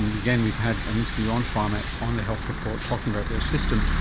and again, we've had an interview on pharmac on the health report talking about their system,